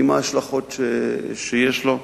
עם ההשלכות שיש לו,